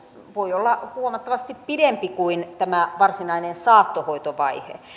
voi olla huomattavasti pidempi kuin varsinainen saattohoitovaihe